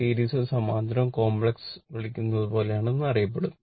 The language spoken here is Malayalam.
സീരീസ് സമാന്തരവും കോംപ്ലെമെന്റ് വിളിക്കുന്നത് പോലെയാണ് ഇത് എന്ന് അറിയുക